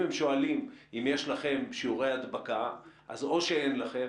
אם הם שואלים אם יש לכם שיעורי ההדבקה אז או שאין לכם,